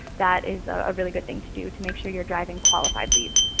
that is a really good thing to do to make sure you're driving qualified leads.